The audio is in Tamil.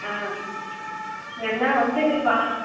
ஆ வேணுணா வந்து வா